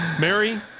Mary